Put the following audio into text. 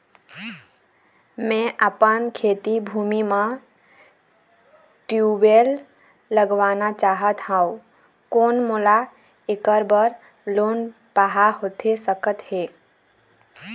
मैं अपन खेती भूमि म ट्यूबवेल लगवाना चाहत हाव, कोन मोला ऐकर बर लोन पाहां होथे सकत हे?